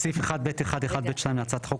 בסעיף 1(ב1)(1)(ב)(2) להצעת החוק,